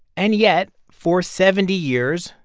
and yet, for seventy years,